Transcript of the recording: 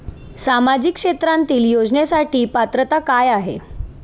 सामाजिक क्षेत्रांतील योजनेसाठी पात्रता काय आहे?